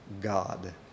God